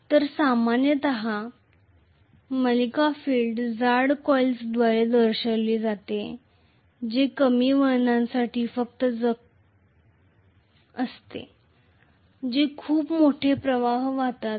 तर सामान्यत series field जाड कॉइल्सद्वारे दर्शविले जाते जे कमी वळणांसाठी खंड पडलेल्या असतात जे खूप मोठे प्रवाह वाहतात